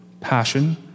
passion